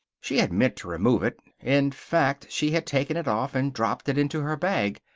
she had meant to remove it. in fact, she had taken it off and dropped it into her bag.